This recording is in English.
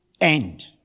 end